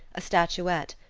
a statuette,